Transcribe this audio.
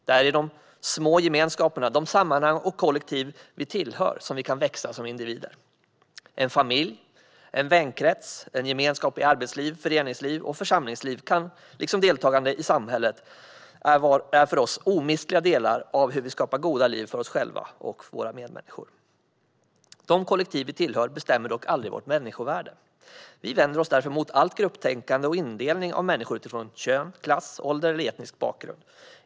Det är i de små gemenskaperna, i de sammanhang och kollektiv vi tillhör, som vi kan växa som individer. En familj, en vänkrets, en gemenskap i arbetsliv, föreningsliv och församlingsliv liksom deltagande i samhällslivet är för oss omistliga delar av hur vi skapar goda liv för oss själva och våra medmänniskor. De kollektiv vi tillhör bestämmer dock aldrig vårt människovärde. Vi vänder oss därför mot allt grupptänkande och indelning av människor utifrån kön, klass, ålder eller etnisk bakgrund.